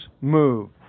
move